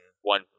one